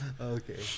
Okay